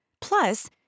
plus